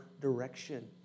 direction